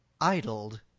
idled